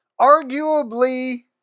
arguably